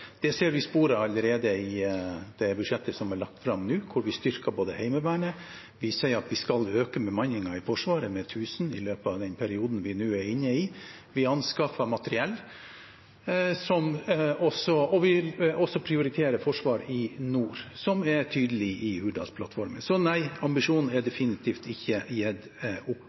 Det ser vi spor av allerede i budsjettet som er lagt fram nå. Vi styrker Heimevernet, og vi sier at vi skal øke bemanningen i Forvaret med 1 000 i løpet av den perioden vi er inne i. Vi anskaffer materiell, og vi prioriterer også forsvar i nord, noe som er tydelig i Hurdalsplattformen. Så nei, ambisjonen er definitivt ikke gitt opp,